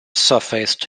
surfaced